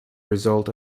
result